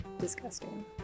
disgusting